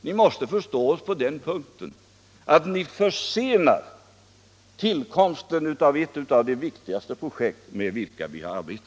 Ni måste förstå oss på den punkten att ni försenar tillkomsten av ett av de viktigaste projekt med vilka vi har arbetat.